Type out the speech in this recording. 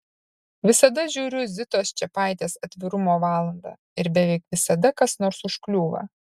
visada žiūriu zitos čepaitės atvirumo valandą ir beveik visada kas nors užkliūva